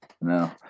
no